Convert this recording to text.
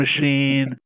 Machine